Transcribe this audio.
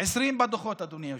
20 בדוחות, אדוני היושב-ראש,